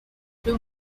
plus